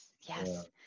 yes